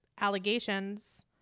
allegations